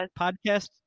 podcast